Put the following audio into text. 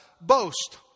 boast